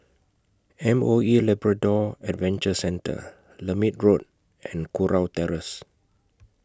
M O E Labrador Adventure Centre Lermit Road and Kurau Terrace